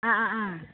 अ अ